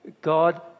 God